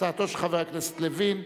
הצעתו של חבר הכנסת לוין,